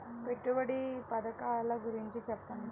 పెట్టుబడి పథకాల గురించి చెప్పండి?